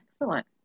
Excellent